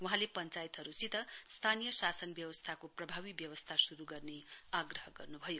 वहाँले पञ्चायतहरूसित स्थानीय शासन व्यवस्थाको प्रभावी व्यवस्था शुरु गर्ने आग्रह गर्नुभयो